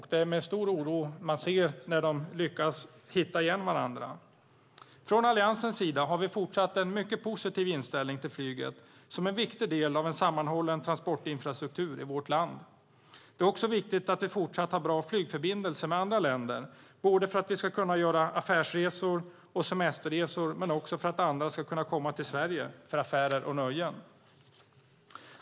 Det är med stor oro man ser när de lyckas hitta varandra. Från Alliansens sida har vi fortsatt en mycket positiv inställning till flyget som en viktig del av en sammanhållen transportinfrastruktur i vårt land. Det är också viktigt att vi fortsatt har bra flygförbindelser med andra länder både för att vi ska kunna göra affärsresor och semesterresor och för att andra ska kunna komma till Sverige för affärer och nöjen.